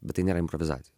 bet tai nėra improvizacija